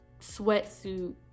sweatsuit